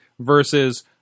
versus